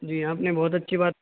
جی آپ نے بہت اچھی بات